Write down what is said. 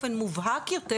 באופן מובהק יותר,